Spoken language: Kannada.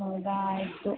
ಹೌದ ಆಯಿತು